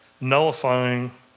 nullifying